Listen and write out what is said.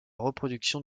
reproduction